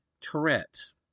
Tourette's